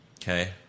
okay